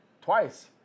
twice